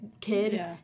kid